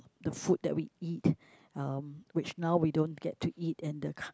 the food that we eat um which now we don't get to eat and the ka~